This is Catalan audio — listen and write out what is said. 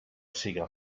siga